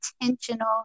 intentional